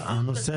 הנושא